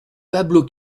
pablo